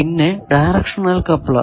പിന്നെ directional coupler